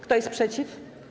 Kto jest przeciw?